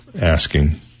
asking